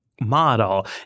model